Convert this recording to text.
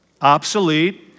obsolete